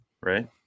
right